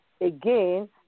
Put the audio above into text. Again